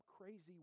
crazy